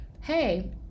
hey